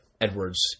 Edwards